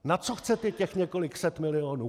Na co chcete těch několik set milionů?